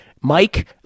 Mike